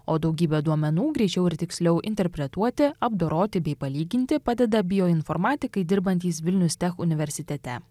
o daugybė duomenų greičiau ir tiksliau interpretuoti apdoroti bei palyginti padeda bioinformatikai dirbantys vilnius tech universitete